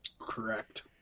Correct